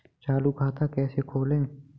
चालू खाता कैसे खोलें?